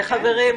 חברים.